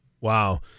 Wow